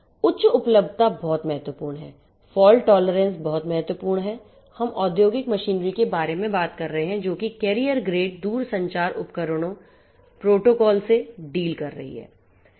उच्च उपलब्धता बहुत महत्वपूर्ण है फॉल्ट टोलरेंस बहुत महत्वपूर्ण है हम औद्योगिक मशीनरी के बारे में बात कर रहे हैं जो कैरियर ग्रेड दूरसंचार उपकरणों प्रोटोकॉल से डील कर रही है